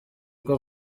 uko